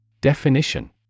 Definition